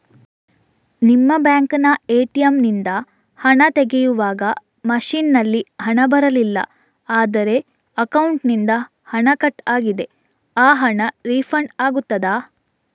ನಿಮ್ಮ ಬ್ಯಾಂಕಿನ ಎ.ಟಿ.ಎಂ ನಿಂದ ಹಣ ತೆಗೆಯುವಾಗ ಮಷೀನ್ ನಲ್ಲಿ ಹಣ ಬರಲಿಲ್ಲ ಆದರೆ ಅಕೌಂಟಿನಿಂದ ಹಣ ಕಟ್ ಆಗಿದೆ ಆ ಹಣ ರೀಫಂಡ್ ಆಗುತ್ತದಾ?